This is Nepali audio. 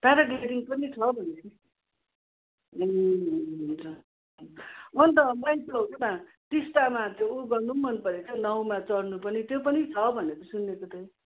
प्याराग्ल्याइडिङ पनि छ भनेपछि हुन्छ अन्त मैले त्यो उता टिस्टामा त्यो उ गर्नु पनि मन परेको थियो हौ नाउँमा चढ्नु पनि त्यो पनि छ भनेको सुनेको थे